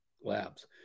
labs